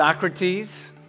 Socrates